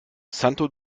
santo